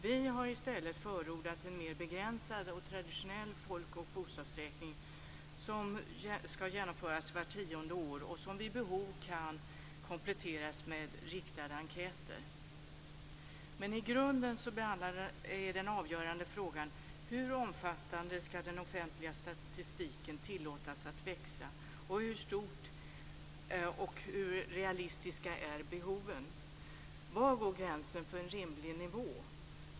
Vi har i stället förordat en mer begränsad och traditionell folk och bostadsräkning som ska genomföras vart tionde år och som vid behov kan kompletteras med riktade enkäter. Men i grunden är den avgörande frågan hur omfattande den offentliga statistiken ska tillåtas att bli och hur stora och realistiska behoven är. Var går gränsen för en rimlig nivå?